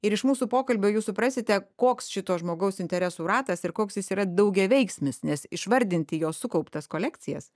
ir iš mūsų pokalbio jūs suprasite koks šito žmogaus interesų ratas ir koks jis yra daugiaveiksmis nes išvardinti jo sukauptas kolekcijas